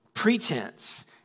pretense